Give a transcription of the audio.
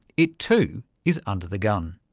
it too is under the gun.